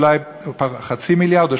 אולי חצי מיליארד,